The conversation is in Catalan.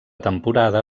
temporada